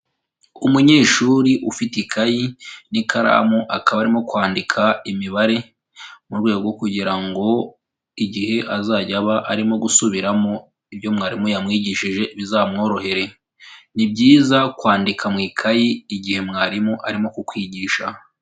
Umunyeshuri ufite ikayi n'ikaramu akaba arimo kwandika imibare mu rwego kugira ngo igihe azajya aba arimo gusubiramo ibyo mwarimu yamwigishije bizamworohere, ni byiza kwandika mu ikayi igihe mwarimu arimo kukwigisha.